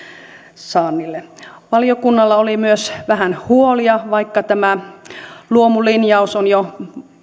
saannille valiokunnalla oli myös vähän huolia vaikka tämä luomulinjaus on jo